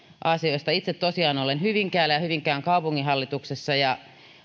asioista itse tosiaan olen hyvinkäältä ja hyvinkään kaupunginhallituksessa ja